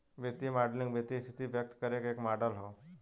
वित्तीय मॉडलिंग वित्तीय स्थिति व्यक्त करे क एक मॉडल हौ